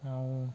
ଆଉ